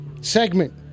segment